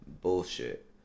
Bullshit